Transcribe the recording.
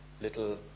little